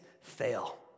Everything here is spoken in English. fail